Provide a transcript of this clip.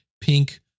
pink